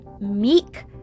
meek